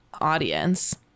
audience